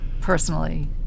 personally